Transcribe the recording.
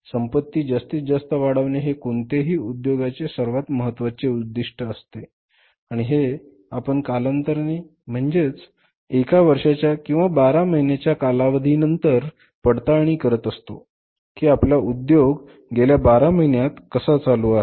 संपत्ती जास्तीत जास्त वाढवणे हे कोणत्याही उद्योगाचे सर्वात महत्वाचे उद्दिष्ट असते आणि हे आपण कालांतराने म्हणजे एका वर्षाच्या किंवा १२ महिन्याच्या कालावधी नंतर पडताळणी करत असतो कि आपला उद्योग गेल्या 12 महिन्यात कसा चालू आहे